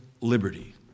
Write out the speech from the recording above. liberty